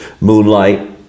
Moonlight